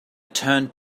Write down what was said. turned